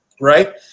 right